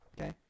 okay